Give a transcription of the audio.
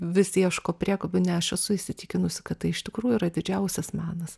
vis ieško priekabių ne aš esu įsitikinusi kad tai iš tikrųjų yra didžiausias menas